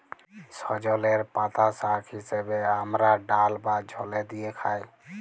সজলের পাতা শাক হিসেবে হামরা ডাল বা ঝলে দিয়ে খাই